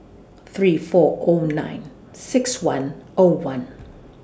three four O nine six one O one